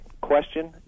question